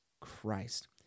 Christ